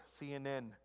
CNN